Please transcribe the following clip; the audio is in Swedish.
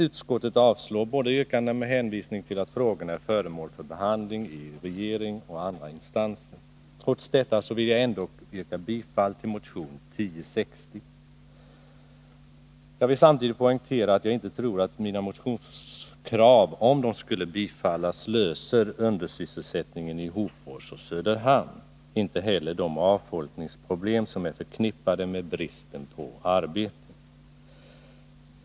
Utskottet avstyrker båda yrkandena med hänvisning till att frågorna är föremål för behandling i regering och andra instanser. Trots detta vill jag yrka bifall till motion 1060. Jag vill samtidigt poängtera att jag inte tror att mina motionskrav — om de skulle bifallas — löser undersysselsättningsproblemen i Hofors och Söderhamn, inte heller de avfolkningsproblem som är förknippade med bristen på arbete.